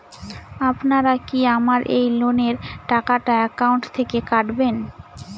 আপনারা কি আমার এই লোনের টাকাটা একাউন্ট থেকে কাটবেন?